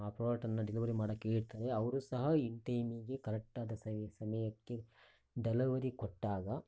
ಆ ಪ್ರಾಡಕ್ಟ್ ಅನ್ನು ಡೆಲಿವರಿ ಮಾಡೋಕೆ ಹೇಳ್ತಾರೆ ಅವರು ಸಹ ಇನ್ ಟೈಮಿಗೆ ಕರೆಕ್ಟಾದ ಸಮ್ ಸಮಯಕ್ಕೆ ಡೆಲಿವೆರಿ ಕೊಟ್ಟಾಗ